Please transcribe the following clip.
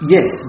Yes